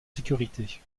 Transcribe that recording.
sécurité